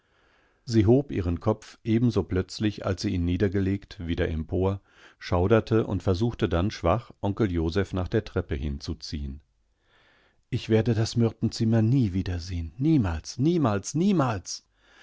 sie hob ihren kopf ebenso plötzlich als sie ihn niedergelegt wieder empor schauderteundversuchtedannschwach onkeljosephnachdertreppehinzuziehen ich werde das myrtenzimmer nie wiedersehen niemals niemals niemals